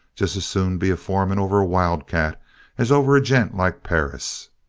just as soon be foreman over a wildcat as over a gent like perris.